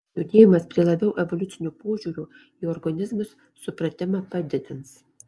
judėjimas prie labiau evoliucinio požiūrio į organizmus supratimą padidins